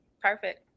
perfect